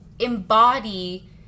embody